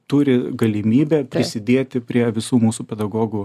turi galimybę prisidėti prie visų mūsų pedagogų